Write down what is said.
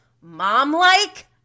mom-like